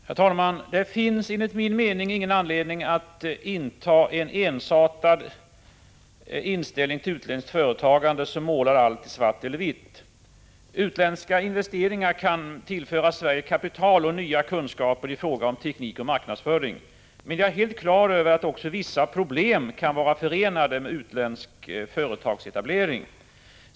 Herr talman! Det finns enligt min mening ingen anledning att inta en ensartad inställning till utländskt företagande, en inställning som målar allt i svart eller vitt. Utländska investeringar kan tillföra Sverige kapital och nya kunskaper i fråga om teknik och marknadsföring. Men jag är också på det klara med att vissa problem kan vara förenade med utländsk företagsetablering.